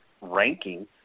ranking